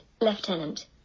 Lieutenant